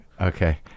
Okay